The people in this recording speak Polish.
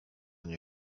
nie